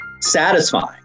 satisfying